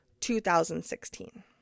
2016